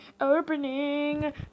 opening